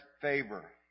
favor